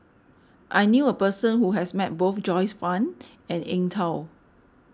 I knew a person who has met both Joyce Fan and Eng Tow